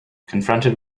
confronted